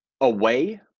away